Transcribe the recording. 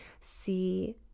see